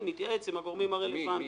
תגידו מי אתם רוצים שיהיה